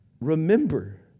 Remember